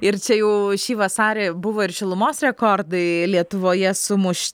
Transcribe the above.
ir čia jau šį vasarį buvo ir šilumos rekordai lietuvoje sumuš